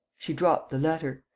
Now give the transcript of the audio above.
she dropped the letter.